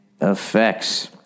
Effects